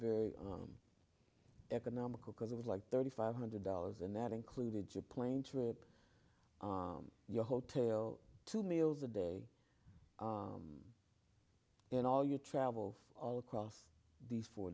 very economical because it was like thirty five hundred dollars and that included your plane trip your hotel two meals a day in all your travel all across these four